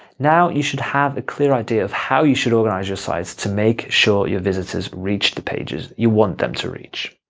now, you should have a clear idea of how you should organize your site to make sure your visitors reach the pages you want them to reach.